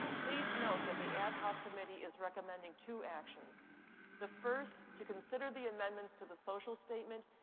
please note that the ad hoc committee is recommending two actions the first to consider the amendments to the social statement,